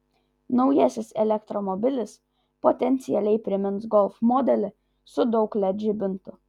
naujasis elektromobilis potencialiai primins golf modelį su daug led žibintų